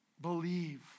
Believe